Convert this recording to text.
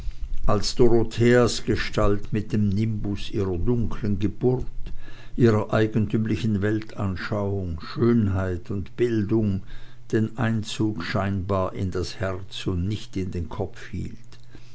als dorotheas gestalt mit dem nimbus ihrer dunklen geburt ihrer eigentümlichen weltanschauung schönheit und bildung den einzug scheinbar in das herz und nicht in den kopf hielt